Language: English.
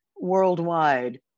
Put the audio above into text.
worldwide